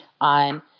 on